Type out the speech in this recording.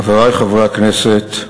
חברי חברי הכנסת,